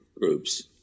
groups